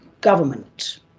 government